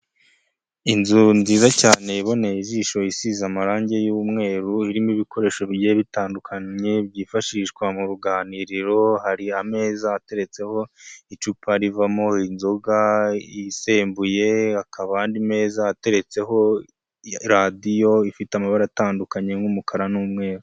Inzu nziza cyane iboneye ijisho, isize amarangi y'umweru, irimo ibikoresho bigiye bitandukanye, byifashishwa mu ruganiriro, hari ameza ateretseho icupa rivamo inzoga isembuye, hakaba andi meza ateretseho radiyo, ifite amabara atandukanye nk'umukara n'umweru.